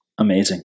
Amazing